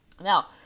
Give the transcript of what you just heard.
Now